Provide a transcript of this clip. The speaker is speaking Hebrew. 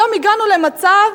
היום הגענו למצב